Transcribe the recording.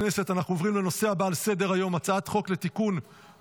אני קובע כי הצעת חוק כליאתם של לוחמים בלתי חוקיים (תיקון מס'